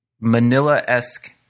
manila-esque